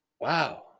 Wow